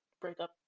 breakup